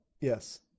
Yes